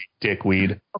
dickweed